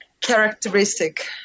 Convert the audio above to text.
characteristic